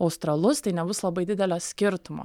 australus tai nebus labai didelio skirtumo